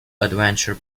adventure